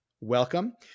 Welcome